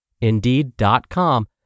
Indeed.com